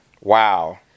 Wow